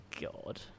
God